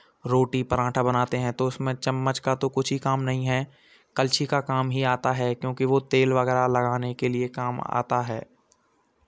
रोटी पराठा बनाते हैं तो उसमे चम्मच का तो कुछ ही काम नहीं है कलछी का काम ही आता है क्योंकि वो तेल वगैरह लगाने के लिए काम आता है